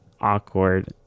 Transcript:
awkward